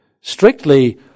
Strictly